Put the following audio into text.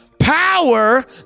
Power